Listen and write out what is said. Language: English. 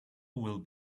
will